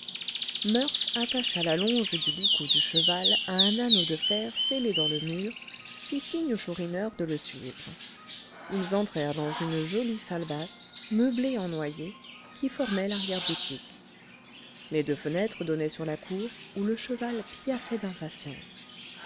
murph attacha la longe du licou du cheval à un anneau de fer scellé dans le mur fit signe au chourineur de le suivre ils entrèrent dans une jolie salle basse meublée en noyer qui formait l'arrière-boutique les deux fenêtres donnaient sur la cour où le cheval piaffait d'impatience